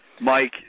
Mike